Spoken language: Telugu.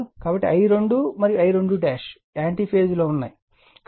కాబట్టి I2 మరియు I2 యాంటీ ఫేజ్ లో ఉన్నాయని ఆశిస్తున్నాను